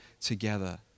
together